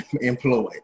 employed